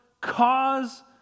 cause